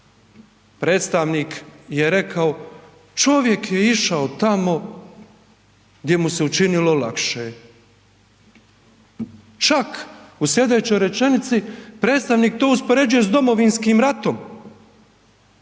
predstavnik je rekao čovjek je išao tamo gdje mu se učinilo lakše, čak u slijedećoj rečenici predstavnik to uspoređuje s domovinskim ratom,